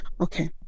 Okay